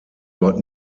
dort